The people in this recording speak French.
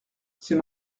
c’est